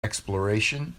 exploration